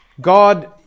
God